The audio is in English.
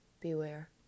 beware